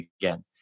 again